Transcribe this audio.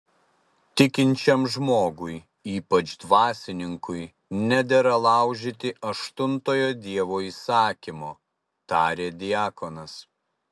tikinčiam žmogui ypač dvasininkui nedera laužyti aštuntojo dievo įsakymo tarė diakonas